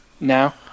now